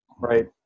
right